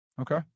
okay